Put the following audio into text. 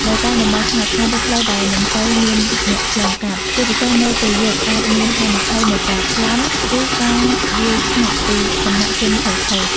នៅតាមតំបន់ស្ងាត់ៗ ឬផ្លូវដែលមិនសូវមានអ្នកឆ្លងកាត់ ជាពិសេសនៅពេលយប់ អាចមានហានិភ័យនៃការប្លន់ ឬការវាយឆ្មក់ពីសំណាក់ជនខិលខូច។